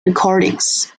recordings